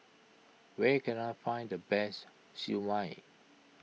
where can I find the best Siew Mai